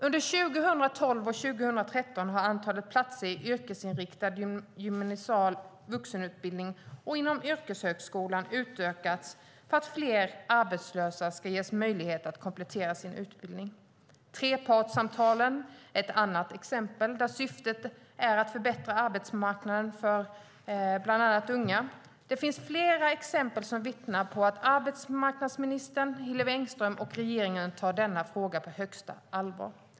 Under 2012 och 2013 har antalet platser i yrkesinriktad gymnasial vuxenutbildning och inom yrkeshögskolan utökats för att fler arbetslösa ska ges möjlighet att komplettera sin utbildning. Trepartssamtalen är ett annat exempel där syftet är att förbättra arbetsmarknaden för bland annat unga. Det finns fler exempel som vittnar om att arbetsmarknadsminister Hillevi Engström och regeringen tar frågan på största allvar.